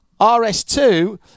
RS2